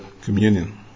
communion